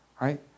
right